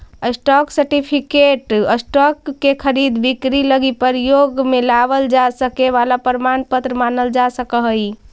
stock certificate stock के खरीद बिक्री लगी प्रयोग में लावल जा सके वाला प्रमाण पत्र मानल जा सकऽ हइ